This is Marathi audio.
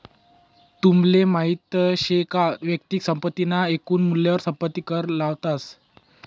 तुमले माहित शे का वैयक्तिक संपत्ती ना एकून मूल्यवर संपत्ती कर लावतस